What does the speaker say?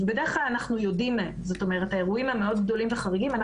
בדרך כלל אנחנו יודעים על האירועים המאוד גדולים וחריגים.